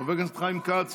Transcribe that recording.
חבר הכנסת חיים כץ,